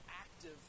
active